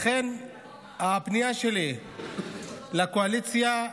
לכן הפנייה שלי לקואליציה,